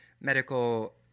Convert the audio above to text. medical